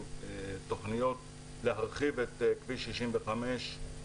תכניות להרחיב את כביש 65,